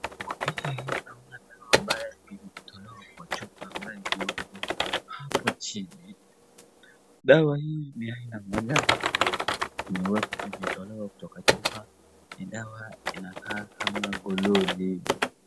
Kwa picha hii naona dawa ambayo imetolewa kwa chupa, ambayo ni nyeupe, hapa chini, dawa hii ni ya aina moja, imetolewa kutoka chupa, ni dawa inakaa kama gololi.